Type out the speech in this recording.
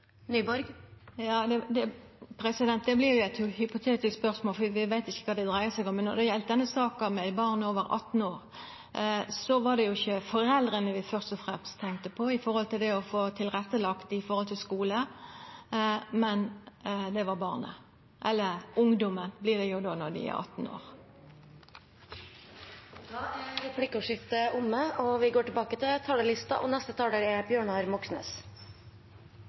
vi veit ikkje kva det dreier seg om. Når det gjeld denne saka med barn over 18 år, var det ikkje foreldra vi først og fremst tenkte på med å få tilrettelagt i samband med skule, men det var barna – eller ungdommen, når dei er 18 år. Replikkordskiftet er omme. 2020 går mot slutten med nesten 200 000 arbeidsløse. Det har vært et tungt år for alle og